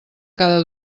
cada